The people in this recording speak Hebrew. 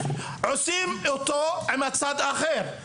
עושים אותו עם הצד האחר,